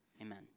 amen